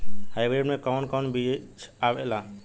Hybrid में कोवन कोवन बीज आवेला?